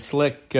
Slick